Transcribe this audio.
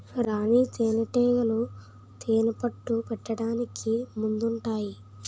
రాణీ తేనేటీగలు తేనెపట్టు పెట్టడానికి ముందుంటాయి